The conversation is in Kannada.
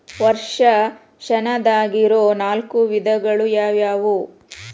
ವರ್ಷಾಶನದಾಗಿರೊ ನಾಲ್ಕು ವಿಧಗಳು ಯಾವ್ಯಾವು?